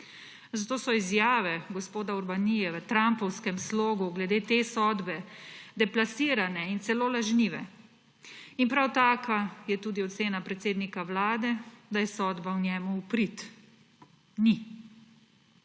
Zato so izjave gospoda Urbanije v trumpovskem slogu glede te sodbe deplasirane in celo lažnive. In prav taka je tudi ocena predsednika vlade, da je sodba njemu v prid. Ni.